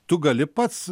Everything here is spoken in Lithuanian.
tu gali pats